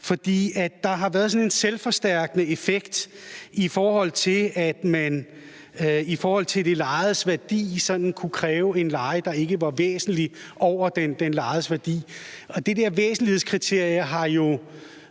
for der har været sådan en selvforstærkende effekt, i forhold til at man i forhold til det lejedes værdi sådan kunne kræve en leje, der ikke var væsentligt over det lejedes værdi. Og det der væsentlighedskriterium har jo